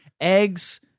Eggs